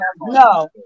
no